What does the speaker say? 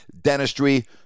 dentistry